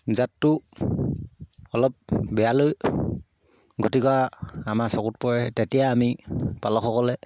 জাতটো অলপ বেয়ালৈ গতি কৰা আমাৰ চকুত পৰে তেতিয়া আমি পালকসকলে